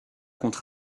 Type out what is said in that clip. contre